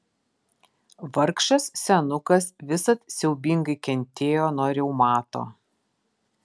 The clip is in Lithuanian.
vargšas senukas visad siaubingai kentėjo nuo reumato